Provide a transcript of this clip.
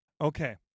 Okay